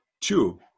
two